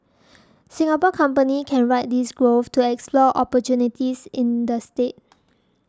Singapore companies can ride this growth to explore opportunities in the state